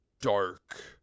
dark